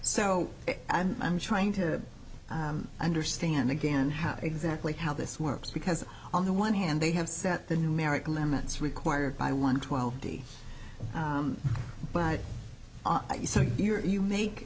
so i'm i'm trying to understand again how exactly how this works because on the one hand they have set the numerical limits required by one twelve but your you make